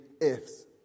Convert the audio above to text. ifs